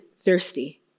thirsty